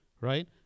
right